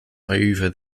over